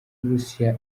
burusiya